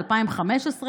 2015,